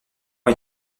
ont